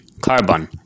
carbon